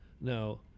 now